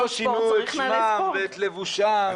לא שינו את שמם ואת לבושם...